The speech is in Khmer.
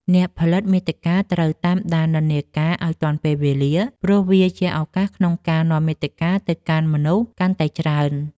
អ្នកផលិតមាតិកាត្រូវតាមដាននិន្នាការ ឱ្យទាន់ពេលវេលា ព្រោះវាជាឱកាសក្នុងការនាំមាតិកាទៅកាន់មនុស្សកាន់តែច្រើន។